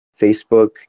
facebook